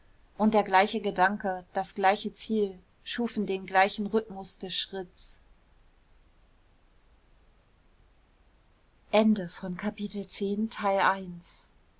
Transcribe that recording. und der gleiche gedanke das gleiche ziel schufen den gleichen rhythmus des schritts